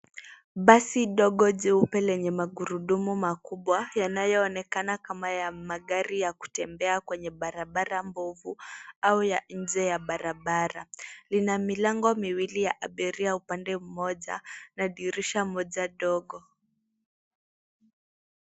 Basi ndogo jeupe lenye magurudumu makubwa, yanayoonekana kama ya magari ya kutembea kwenye barabara mbovu au ya nje ya barabara. Lina milango miwili ya abiria upande mmoja na dirisha moja ndogo.